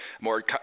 more